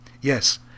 Yes